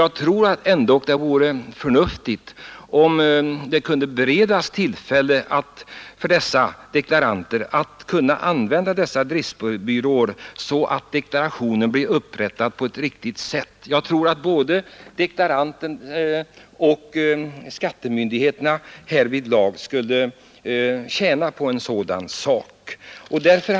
Jag tror det vore förnuftigt att bereda dessa deklaranter tillfälle att anlita sådana driftsbyråer så att deklarationen blir upprättad på ett riktigt sätt. Såväl deklaranten som skattemyndigheterna skulle tjäna på en sådan ordning.